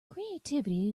creativity